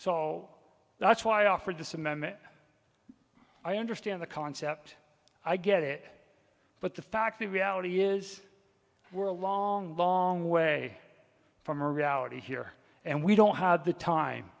so that's why i offered this and then i understand the concept i get it but the fact the reality is we're a long long way from reality here and we don't have the time